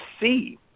see